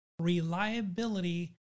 reliability